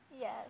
Yes